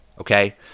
okay